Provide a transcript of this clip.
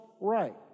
right